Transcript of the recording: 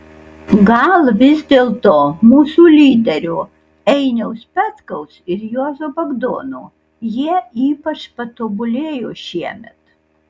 gal vis dėlto mūsų lyderių einiaus petkaus ir juozo bagdono jie ypač patobulėjo šiemet